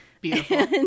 beautiful